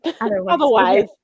Otherwise